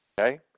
Okay